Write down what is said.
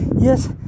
Yes